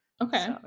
Okay